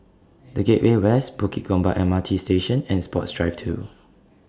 The Gateway West Bukit Gombak M R T Station and Sports Drive two